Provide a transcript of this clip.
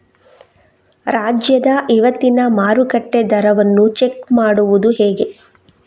ರಾಜ್ಯದ ಇವತ್ತಿನ ಮಾರುಕಟ್ಟೆ ದರವನ್ನ ಚೆಕ್ ಮಾಡುವುದು ಹೇಗೆ?